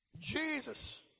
Jesus